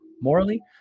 morally